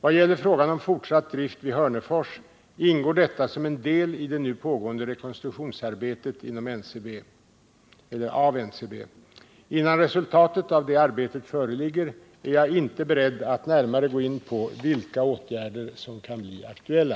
Vad gäller frågan om fortsatt drift vid Hörnefors ingår detta som en del i det nu pågående rekonstruktionsarbetet av NCB. Innan resultatet av detta arbete föreligger, är jag inte beredd att närmare gå in på vilka åtgärder som kan bli aktuella.